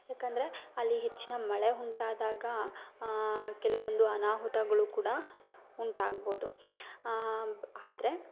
ಯಾಕಂದ್ರೆ ಅಲ್ಲಿ ಹೆಚ್ಚಿನ ಮಳೆ ಉಂಟಾದಾಗ ಕೆಲವೊಂದು ಅನಾಹುತಗಳು ಕೂಡ ಉಂಟಾಗ್ಬೋದು ಆದ್ರೆ